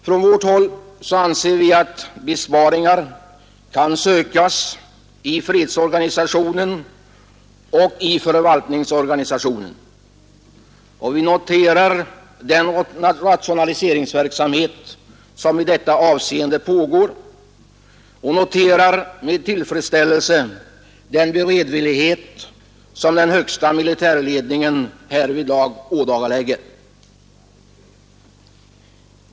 Från vårt håll anser vi att besparingar kan sökas i fredsorganisationen och i förvaltningsorganisationen. Vi noterar den rationaliseringsverksamhet som i dessa avseenden pågår och konstaterar med tillfredsställelse den beredvillighet som den högsta militärledningen härvidlag ådagalägger.